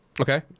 Okay